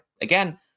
Again